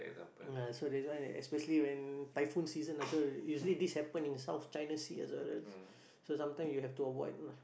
ah so this one especially when typhoon season ah so usually this happen in the South China Sea ah so sometime you have to avoid lah